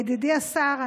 ידידי השר,